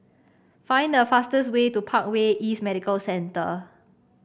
find the fastest way to Parkway East Medical Centre